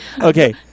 Okay